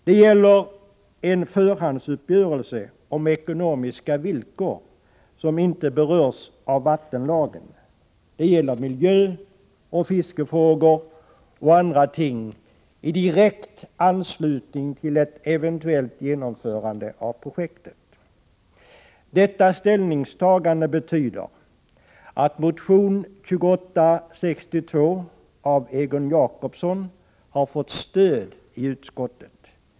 Det gäller en förhandsuppgörelse om ekonomiska villkor, som inte berörs av vattenlagen. Det gäller miljön, fiskefrågor och andra ting i direkt anslutning till ett eventuellt genomförande av projektet. Detta ställningstagande betyder att motion 2862 av Egon Jacobsson m.fl. har fått stöd i utskottet.